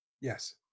Yes